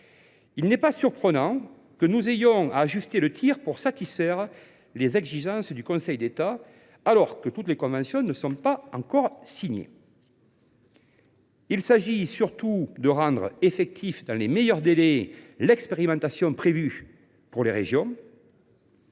il n’est pas surprenant que nous ayons à ajuster le tir pour satisfaire les exigences du Conseil d’État, alors que les conventions ne sont pas encore toutes signées. Il s’agit surtout de rendre effective dans les meilleurs délais l’expérimentation prévue pour les régions.